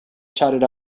shouted